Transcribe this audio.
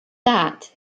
that